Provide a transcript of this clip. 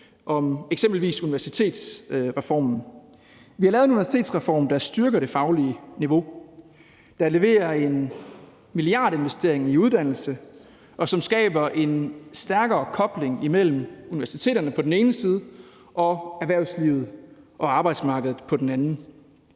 om eksempelvis universitetsreformen. Vi har lavet en universitetsreform, der styrker det faglige niveau, der leverer en milliardinvestering i uddannelse, og som skaber en stærkere kobling imellem universiteterne på den ene side og erhvervslivet og arbejdsmarkedet på den anden